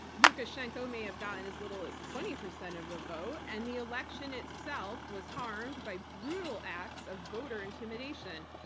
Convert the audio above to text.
lukashenko may have gotten as little as twenty percent of the vote and the election itself was harmed by brutal acts of voter intimidation.